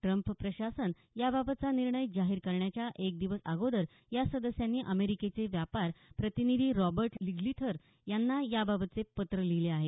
Trump प्रशासन याबाबतचा निर्णय जाहीर करण्याच्या एक दिवस अगोदर या सदस्यांनी अमेरिकेचे व्यापार प्रतिनिधी रॉबर्ट लिग्थीझर यांना याबाबतचे पत्र लिहीले आहे